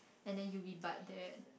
and then you rebutt that